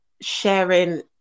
sharing